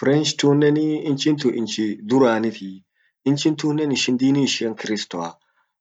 French tunnen inchin tun, inchi duranitii, inchin tunnen ishin dini ishian kristoa,